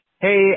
Hey